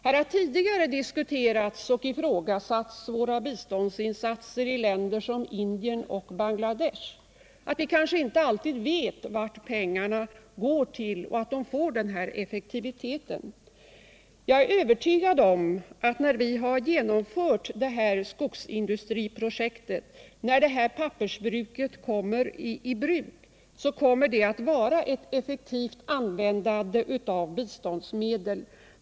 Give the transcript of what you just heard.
Här har tidigare diskuterats och ifrågasatts att vi beträffande biståndsinsatser till länder som Indien och Bangladesh kanske inte alltid vet vad pengarna går till och att insatserna blir effektiva. Men jag är övertygad om att när vi genomfört det här skogsindustriprojektet, när pappersbruket tagits i drift, så kommer det att innebära ett effektivt användande av biståndsmedel.